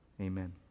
amen